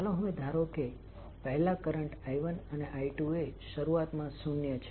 ચાલો હવે ધારો કે પહેલા કરંટ i1અને i2એ શરૂઆત માં શૂન્ય છે